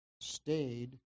stayed